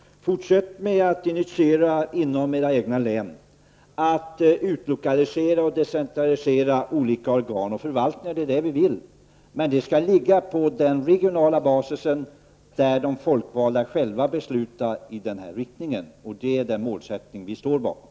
Fortsätt med att inom era län initiera utlokalisering och decentralisering av olika organ och förvaltningar! Det är det vi vill. Men det skall ligga på regional bas där de folkvalda själva beslutar i den här riktningen. Det är alltså den målsättning vi står bakom.